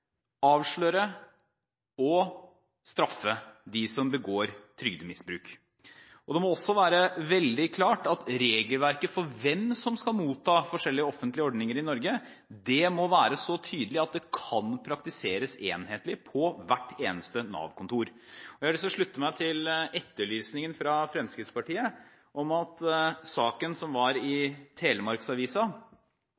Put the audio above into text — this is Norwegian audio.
avsløre og straffe dem som begår trygdemisbruk. Og regelverket for hvem som skal motta forskjellige offentlige ordninger i Norge, må være så tydelig at det kan praktiseres enhetlig på hvert eneste Nav-kontor. Jeg har lyst til å slutte meg til etterlysningen fra Fremskrittspartiet om den saken som var i